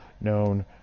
known